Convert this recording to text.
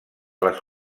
les